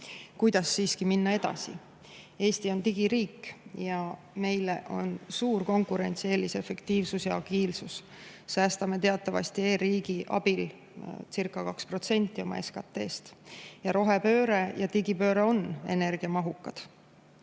Kuidas siiski minna edasi? Eesti on digiriik ja meile annavad suure konkurentsieelise efektiivsus ja agiilsus. Säästame teatavasti e-riigi abilcirca2% oma SKT-st. Rohepööre ja digipööre on energiamahukad.